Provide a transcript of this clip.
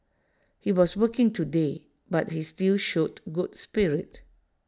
he was working today but he still showed good spirit